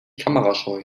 kamerascheu